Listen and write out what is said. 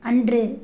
அன்று